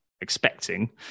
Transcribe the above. expecting